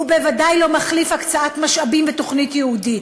הוא בוודאי לא מחליף הקצאת משאבים ותוכנית ייעודית.